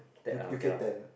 that uh cannot